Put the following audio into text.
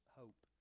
hope